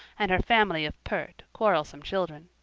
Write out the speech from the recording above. and her family of pert, quarrelsome children.